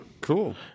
Cool